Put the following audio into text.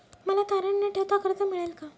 मला तारण न ठेवता कर्ज मिळेल का?